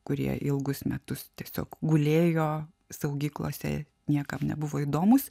kurie ilgus metus tiesiog gulėjo saugyklose niekam nebuvo įdomūs